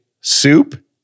soup